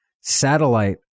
satellite